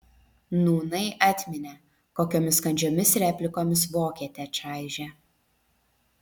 nūnai atminė kokiomis kandžiomis replikomis vokietę čaižė